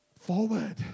forward